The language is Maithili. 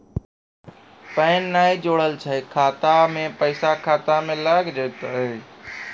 पैन ने जोड़लऽ छै खाता मे पैसा खाता मे लग जयतै?